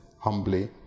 humbly